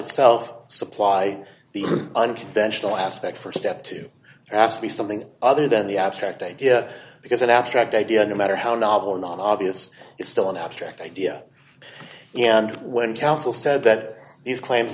itself supply the unconventional aspect st step to ask me something other than the abstract idea because an abstract idea no matter how novel or not obvious is still an abstract idea and when council said that these claims